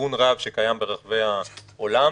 גיוון רב שקיים ברחבי העולם,